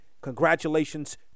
Congratulations